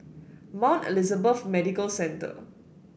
Mount Elizabeth Medical Centre